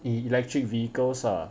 the electric vehicles ah